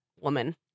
woman